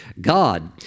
God